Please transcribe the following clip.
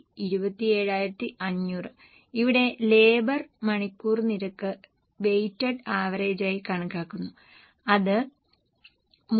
ഇവിടെ ലേബർ മണിക്കൂർ നിരക്ക് വെയ്റ്റഡ് ആവറേജായി കണക്കാക്കുന്നു അത് 3